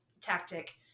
tactic